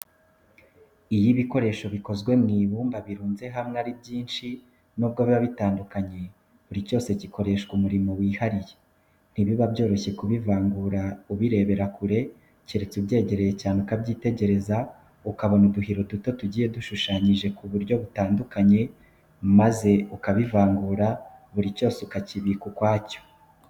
Iyo ibikoresho bikozwe mu ibumba birunze hamwe ari byinshi n'ubwo biba bitandukanye, buri cyose gikoreshwa umurimo wihariye, ntibiba byoroshye kubivangura ubirebera kure, keretse ubyegereye cyane ukabyitegereza, ukabona uduhiro duto tugiye dushushanyijeho mu buryo butandukanye, maze ukabivangura buri cyose ukakibika ukwacyo.